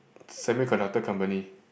semi conductor company